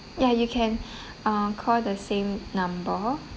ya you can ah call the same number